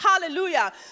Hallelujah